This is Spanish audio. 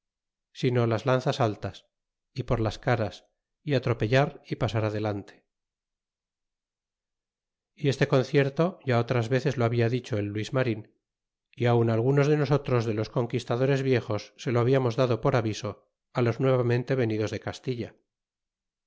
aino las lanzas altas y por las caras y stropellar y pasar adelante y este concierto ya otras veces lo habla dicho al luisillarin y aun algunos de nosotros de los conquistadores viejos se lo hablamos dado por aviso los nuevamente venidos de castilla